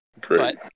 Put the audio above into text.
Great